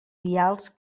vials